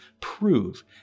prove